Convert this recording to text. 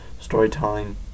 storytelling